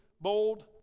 bold